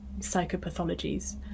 psychopathologies